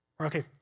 Okay